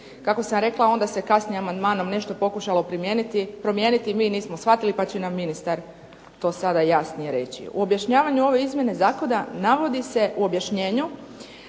Kako sam rekla onda se kasnije amandmanom nešto pokušalo promijeniti, mi nismo shvatili pa će nam ministar to sada jasnije reći. U objašnjavanju ove izmjene zakona navodi se u objašnjenju